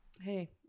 hey